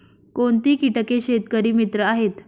कोणती किटके शेतकरी मित्र आहेत?